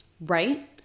Right